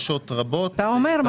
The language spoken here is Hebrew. מתוקצב בדברים האלה ברשות להגנת עדים?